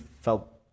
felt